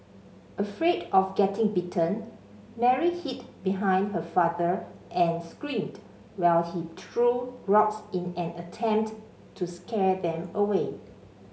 afraid of getting bitten Mary hid behind her father and screamed while he threw rocks in an attempt to scare them away